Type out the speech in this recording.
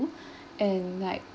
and like